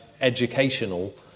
educational